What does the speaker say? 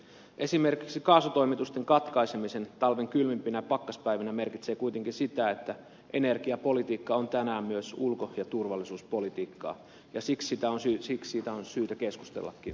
esimerkiksi kaasutoimitusten katkaiseminen talven kylmimpinä pakkaspäivinä merkitsee kuitenkin sitä että energiapolitiikka on tänään myös ulko ja turvallisuuspolitiikkaa ja siksi siitä on syytä keskustellakin laajemmin